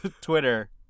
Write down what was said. twitter